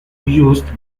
used